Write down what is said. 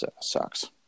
sucks